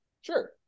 Sure